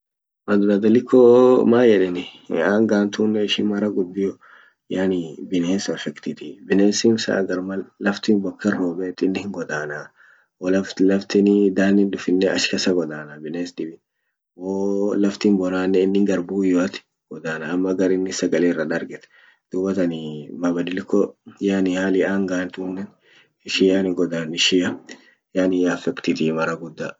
man yedani hiaga tunen ishin mara gudio yani bines affect titi binesin saa hagar mal laftin boken robet inin hingodana wolaftin danin dufinen ach kasa godana bines dibin wo laftin bonane innin gar buyoat godana ama garin sagale ira darget dubatani mabadiliko yani hali angan tunen ishia yani godan ishia yani hi affect titi mara gudda.